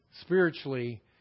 spiritually